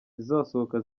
zizasohoka